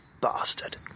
bastard